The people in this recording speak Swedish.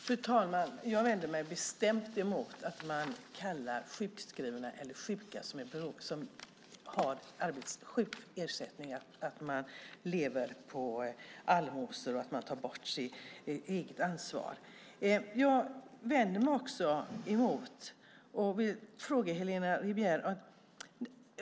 Fru talman! Jag vänder mig bestämt mot att man säger att sjukskrivna eller sjuka som har sjukersättning lever på allmosor och att det egna ansvaret tas bort. Jag vänder mig också mot en annan sak.